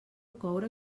coure